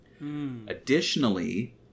Additionally